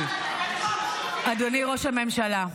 אדוני ראש הממשלה,